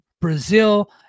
Brazil